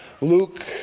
Luke